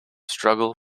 struggle